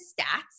stats